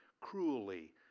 cruelly